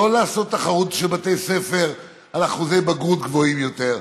לא רק לעשות תחרות בבתי הספר על אחוזי בגרות גבוהים יותר,